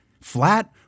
flat